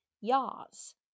Yas